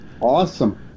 Awesome